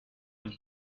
une